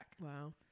wow